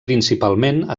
principalment